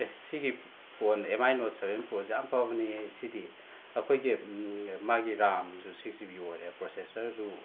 ꯑꯦ ꯁꯤꯒꯤ phone M I note seven ꯄ꯭ꯔꯣꯁꯦ ꯌꯥꯝ ꯐꯕꯅꯤꯍꯦ ꯁꯤꯗꯤ ꯑꯩꯈꯣꯏꯒꯤ ꯃꯥꯒꯤ ꯔꯥꯝꯁꯨ ꯁꯤꯛꯁ ꯖꯤ ꯕꯤ ꯑꯣꯏꯔꯦ ꯄ꯭ꯔꯣꯁꯦꯁꯔꯁꯨ